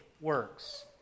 works